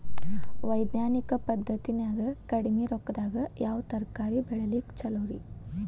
ವೈಜ್ಞಾನಿಕ ಪದ್ಧತಿನ್ಯಾಗ ಕಡಿಮಿ ರೊಕ್ಕದಾಗಾ ಯಾವ ತರಕಾರಿ ಬೆಳಿಲಿಕ್ಕ ಛಲೋರಿ?